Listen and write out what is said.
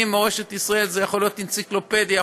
מורשת ישראל יכולה להיות אנציקלופדיה,